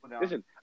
Listen